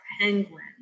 Penguin